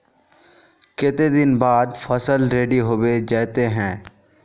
केते दिन बाद फसल रेडी होबे जयते है?